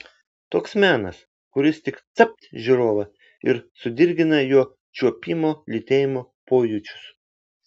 toks menas kuris tik capt žiūrovą ir sudirgina jo čiuopimo lytėjimo pojūčius